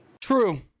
True